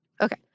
Okay